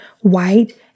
white